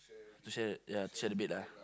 to share ya share the bed lah